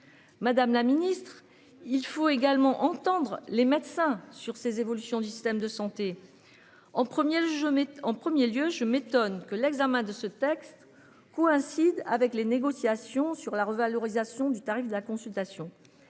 Madame la Ministre. Il faut également entendre les médecins sur ces évolutions du système de santé. En premier le jeu mais en 1er lieu je m'étonne que l'examen de ce texte coïncide avec les négociations sur la revalorisation du tarif de la consultation.